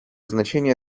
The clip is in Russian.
значение